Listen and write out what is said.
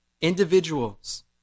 Individuals